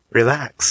Relax